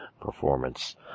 performance